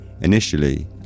Initially